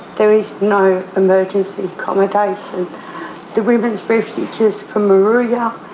there is no emergency accommodation. the women's refugees from moruya,